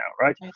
right